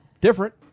different